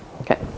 Okay